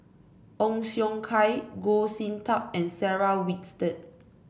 Ong Siong Kai Goh Sin Tub and Sarah Winstedt